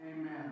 Amen